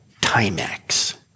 Timex